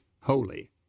holy